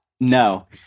No